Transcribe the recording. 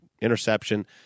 interception